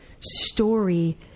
story